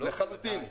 לחלוטין.